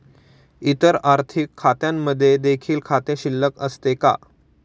इतर आर्थिक खात्यांमध्ये देखील खाते शिल्लक असते का?